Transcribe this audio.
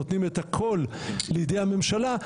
נותנים את הכול לידי הממשלה,